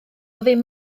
ddim